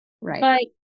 Right